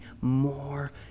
more